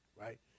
Right